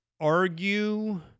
argue